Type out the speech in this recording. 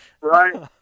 Right